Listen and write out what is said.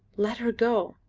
let her go!